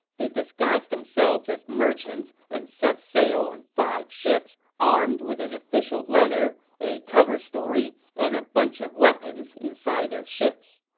they disguised themselves as merchants and set sail on five ships, armed with an official letter, a cover story, and a bunch of weapons inside their ships.